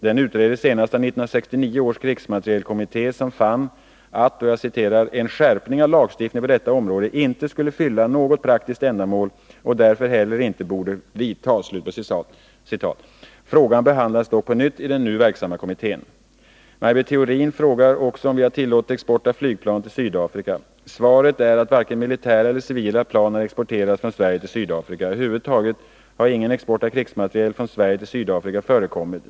Den utreddes senast av 1969 års krigsmaterielkommitté, som fann att ”en skärpning av lagstiftningen på detta område inte skulle fylla något praktiskt ändamål och därför heller inte borde vidtas”. Frågan behandlas dock på nytt i den nu verksamma kommittén. Maj Britt Theorin frågar också om vi har tillåtit export av flygplan till Sydafrika. Svaret är att varken militära eller civila plan har exporterats från Sverige till Sydafrika. Över huvud taget har ingen export av krigsmateriel från Sverige till Sydafrika förekommit.